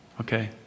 Okay